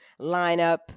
lineup